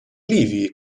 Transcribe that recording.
ливии